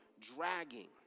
dragging